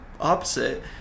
opposite